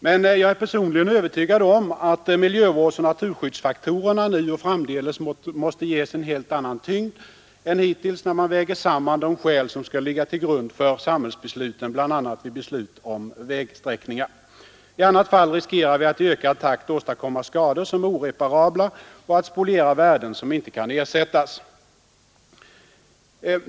Men jag är personligen övertygad om att miljövårdsoch naturskyddsfaktorerna nu och framdeles måste ges en helt annan tyngd än hittills när man väger samman de skäl som skall ligga till grund för samhällsbesluten bl.a. vid beslut om vägsträckningar. I annat fall riskerar vi att i ökad takt åstadkomma skador som är oreparabla och att spoliera värden som inte kan ersättas.